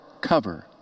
cover